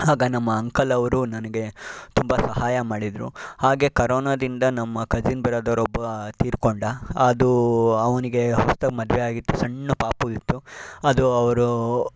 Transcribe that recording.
ಆಗ ನಮ್ಮ ಅಂಕಲ್ ಅವರು ನನಗೆ ತುಂಬ ಸಹಾಯ ಮಾಡಿದರು ಹಾಗೆ ಕರೋನಾದಿಂದ ನಮ್ಮ ಕಜಿನ್ ಬ್ರದರ್ ಒಬ್ಬ ತೀರ್ಕೊಂಡ ಅದು ಅವನಿಗೆ ಹೊಸ್ದಾಗಿ ಮದುವೆ ಆಗಿತ್ತು ಸಣ್ಣ ಪಾಪು ಇತ್ತು ಅದು ಅವರು